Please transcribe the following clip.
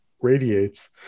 radiates